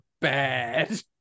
bad